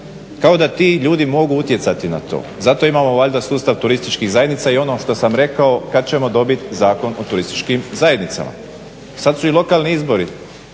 Kao da ti ljudi mogu utjecati na to. Zato imamo valjda sustav turističkih zajednica i ono što sam rekao kad ćemo dobiti Zakon o turističkim zajednicama. Sad su i lokalni izbori.